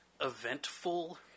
eventful